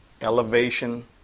elevation